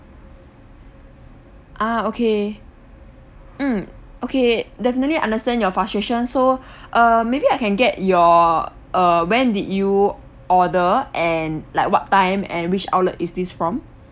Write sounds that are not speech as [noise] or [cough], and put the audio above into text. ah okay mm okay definitely understand your frustration so [breath] err maybe I can get your err when did you order and like what time and which outlet is this from